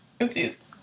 Oopsies